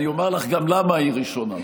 אני אומר לך גם למה היא ראשונה.